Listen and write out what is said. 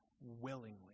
willingly